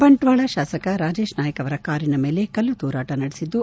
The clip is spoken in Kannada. ಬಂಟ್ವಾಳ ಶಾಸಕ ರಾಜೇಶ್ ನಾಯಕ್ ಅವರ ಕಾರಿನ ಮೇಲೆ ಕಲ್ಲು ತೂರಾಟ ನಡೆಸಿದ್ದು